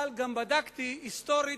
אבל בדקתי גם היסטורית,